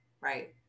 Right